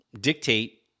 dictate